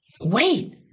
Wait